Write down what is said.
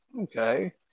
Okay